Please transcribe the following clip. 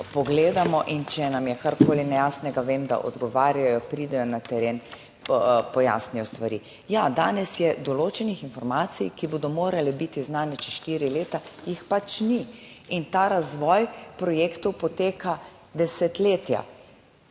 pogledamo in če nam je karkoli nejasnega, vem, da odgovarjajo, pridejo na teren, pojasnijo stvari. Ja, danes je določenih informacij, ki bodo morale biti znane čez štiri leta, jih pač ni in ta razvoj projektov poteka desetletja.